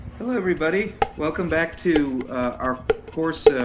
hello everybody. welcome back to our course,